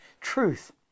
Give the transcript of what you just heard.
truth